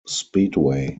speedway